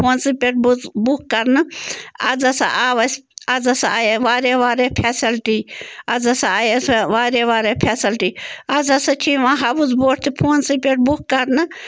فونسٕے پٮ۪ٹھ بۄژ بُک کرنہٕ آز ہسا آو اَسہِ آز ہسا آیہِ واریاہ واریاہ فیسلٹی آز ہسا آیہِ اَسہِ واریاہ واریاہ فیسلٹی آز ہسا چھِ یِوان ہاوُس بوٹ تہِ فونٛسٕے پٮ۪ٹھ بُک کرنہٕ